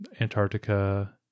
Antarctica